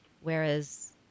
Whereas